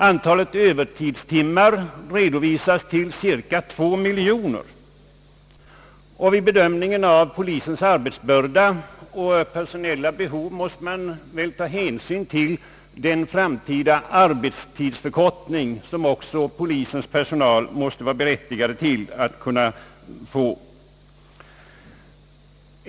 Antalet övertidstimmar förra året redovisas till cirka 2 miljoner. Vid en bedömning av polisens arbetsbörda och personalbehov måste hänsyn även tas till den framtida arbetstidsförkortning som också polispersonalen måste vara berättigad till.